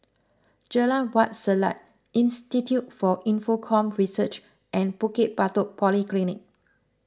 Jalan Wak Selat Institute for Infocomm Research and Bukit Batok Polyclinic